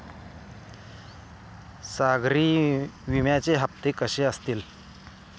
सागरी विम्याचे हप्ते कसे असतील?